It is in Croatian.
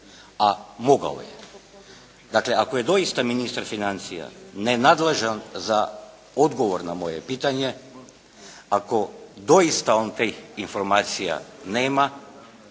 a mogao je. Dakle, ako je doista ministar financija nenadležan za odgovor na moje pitanje, ako doista on tih informacija nema